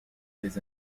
des